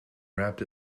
wrapped